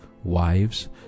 Wives